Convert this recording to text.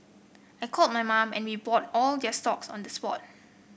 I called my mum and we bought all their stocks on the spot